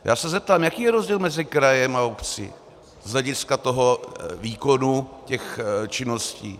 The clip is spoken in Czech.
Já se zeptám, jaký je rozdíl mezi krajem a obcí z hlediska toho výkonu činností?